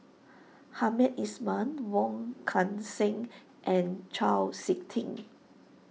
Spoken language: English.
Hamed Ismail Wong Kan Seng and Chau Sik Ting